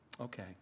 okay